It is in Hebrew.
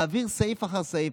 מעביר סעיף אחר סעיף.